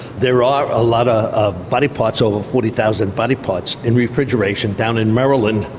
there are a lot ah of body parts, over forty thousand body parts, in refrigeration down in maryland,